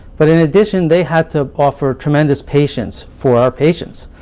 but in addition, they had to offer tremendous patience for our patients.